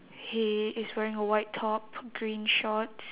he is wearing a white top green shorts